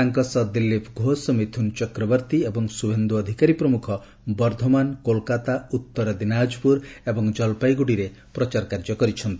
ତାଙ୍କ ସହ ଦିଲୀପ୍ ଘୋଷ ମିଥୁନ ଚକ୍ରବର୍ତ୍ତୀ ଏବଂ ଶୁଭେନ୍ଦୁ ଅଧିକାରୀ ପ୍ରମୁଖ ବର୍ଦ୍ଧମାନ୍ କୋଲ୍କାତା ଉତ୍ତର ଦିନାକ୍ପୁର ଏବଂ ଜଲପାଇଗୁଡ଼ିରେ ପ୍ରଚାର କାର୍ଯ୍ୟ କରିଛନ୍ତି